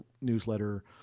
newsletter